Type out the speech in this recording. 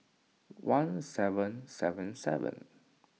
one seven seven seven